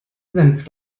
senf